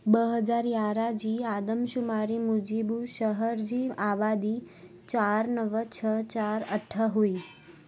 ॿ हज़ार यारहं जी आदमशुमारी मुजिबु शहर जी आबादी चारि नव छह चारि अठ हुई